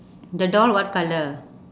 the doll what colour